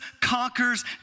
conquers